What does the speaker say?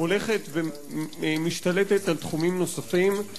הולכת ומשתלטת על תחומים נוספים.